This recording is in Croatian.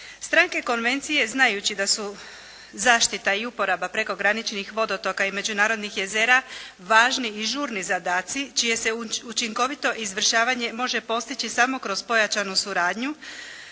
Stranke konvencije znajući da su zaštita i uporaba prekograničnih vodotoka i međunarodnih jezera važni i žurni zadaci čije se učinkovito izvršavanje može postići samo kroz pojačanu suradnju